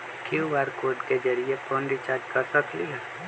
QR code के जरिय phone recharge कर सकली ह?